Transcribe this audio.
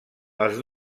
els